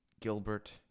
Gilbert